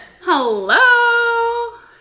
Hello